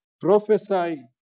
prophesy